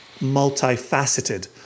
multifaceted